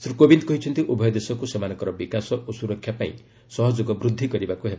ଶ୍ରୀ କୋବିନ୍ଦ କହିଛନ୍ତି ଉଭୟ ଦେଶକୁ ସେମାନଙ୍କର ବିକାଶ ଓ ସୁରକ୍ଷା ପାଇଁ ସହଯୋଗ ବୃଦ୍ଧି କରିବାକୁ ହେବ